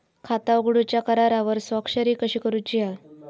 खाता उघडूच्या करारावर स्वाक्षरी कशी करूची हा?